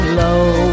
low